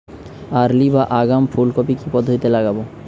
Early বা আগাম ফুল কপি কি পদ্ধতিতে লাগাবো?